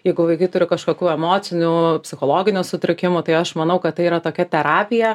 jeigu vaikai turi kažkokių emocinių psichologinių sutrikimų tai aš manau kad tai yra tokia terapija